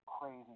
crazy